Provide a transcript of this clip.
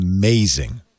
amazing